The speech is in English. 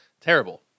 Terrible